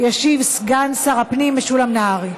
ישיב סגן שר הפנים משולם נהרי.